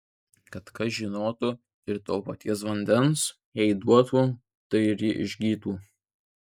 kad kas žinotų ir to paties vandens jai duotų tai ir ji išgytų